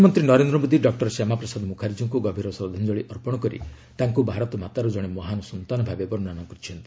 ପ୍ରଧାନମନ୍ତ୍ରୀ ନରେନ୍ଦ୍ର ମୋଦି ଡକୁର ଶ୍ୟାମାପ୍ରସାଦ ମୁର୍ଖଜୀଙ୍କୁ ଗଭୀର ଶ୍ରଦ୍ଧାଞ୍ଜଳି ଅର୍ପଣ କରି ତାଙ୍କୁ ଭାରତମାତାର ଜଣେ ମହାନ୍ ସନ୍ତାନ ଭାବେ ବର୍ଣ୍ଣନା କରିଛନ୍ତି